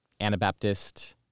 Anabaptist